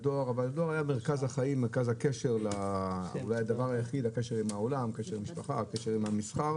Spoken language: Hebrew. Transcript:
מרכז החיים, מרכז הקשר לעולם, למשפחה, למסחר.